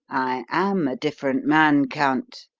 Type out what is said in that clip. am a different man, count.